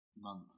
month